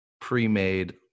pre-made